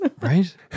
Right